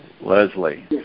leslie